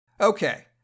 Okay